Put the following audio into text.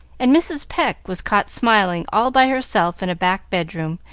and mrs. pecq was caught smiling all by herself in a back bedroom,